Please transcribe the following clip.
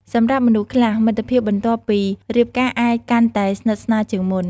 សម្រាប់មនុស្សខ្លះ មិត្តភាពបន្ទាប់ពីរៀបការអាចកាន់តែស្និទ្ធស្នាលជាងមុន។